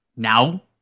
Now